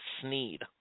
Sneed